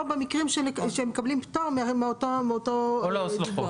או במקרים שמקבלים פטור מאותו דיווח.